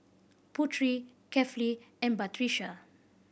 Putri Kefli and Batrisya